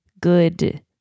good